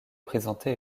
présentée